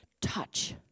touch